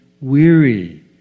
weary